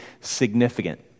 significant